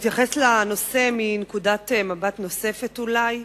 אתייחס לנושא מנקודת מבט נוספת, אולי,